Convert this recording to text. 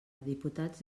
diputats